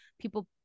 people